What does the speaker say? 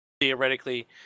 theoretically